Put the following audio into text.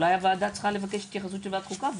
אולי הוועדה צריכה לבקש התייחסות של ועדת חוקה,